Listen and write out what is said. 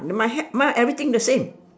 my hat mine everything the same